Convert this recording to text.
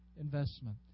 investment